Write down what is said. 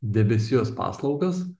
debesijos paslaugas